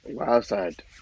outside